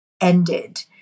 ended